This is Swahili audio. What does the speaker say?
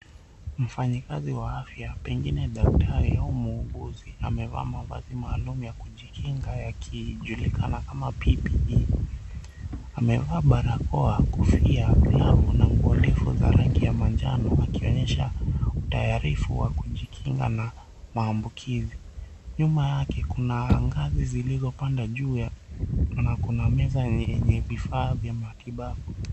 Mfanyikazi wa afya pengine dkatari au muuguzi amevaa mavazi ya kimaalum ya kujikinga yakijulikana kama PPE. Amevaa barakoa, kofia, glavu, na nguo ndefu za rangi ya manjano akionyesha utayarifu wa kujikinga na maambukizi. Nyuma yake kuna ngazi zilizopanda juu na kuna meza yenye vifaa vya matibabu.